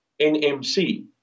NMC